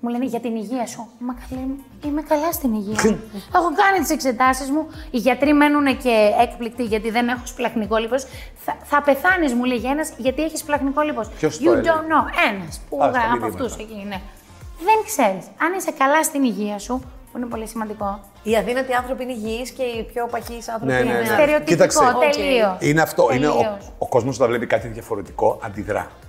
Μου λένε, «Για την υγεία σου». Μα καλέ, είμαι καλά στην υγεία μου. Έχω κάνει τις εξετάσεις μου, οι γιατροί μένουνε και έκπληκτοι γιατί δεν έχω σπλαχνικό λίπος. Θα- θα πεθάνεις, μου λέγει ένας, γιατί έχεις σπλαχνικό λίπος. Ποιος το You έλεγε; don't know. Ένας, που Α, γρα- στα από μηνύματα. αυτούς εκεί, ναι. Δεν ξέρεις. Αν είσαι καλά στην υγεία σου, που είναι πολύ σημαντικό. Οι αδύνατοι άνθρωποι είναι υγιείς και οι πιο παχύς άνθρωποι Ναι, ναι, είναι ναι, ναι. άρρωστοι. Στερεοτυπικό, Κοίταξε. Οκ. τελείως. Είναι αυτό, είναι ο- Τελείως. ο κόσμος όταν βλέπει κάτι διαφορετικό, αντιδρά.